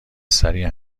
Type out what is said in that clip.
سریع